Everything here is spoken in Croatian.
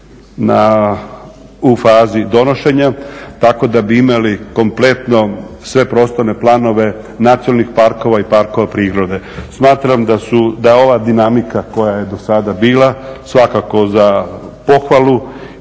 u fazi donošenja. Tako da bi imali kompletno sve prostorne planove nacionalnih parkova i parkova prirode. Smatram da je ova dinamika koja je do sada bila svakako za pohvalu